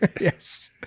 Yes